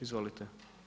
Izvolite.